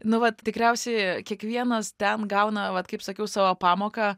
nu vat tikriausiai kiekvienas ten gauna vat kaip sakiau savo pamoką